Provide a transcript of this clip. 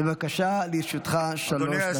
בבקשה, לרשותך שלוש דקות.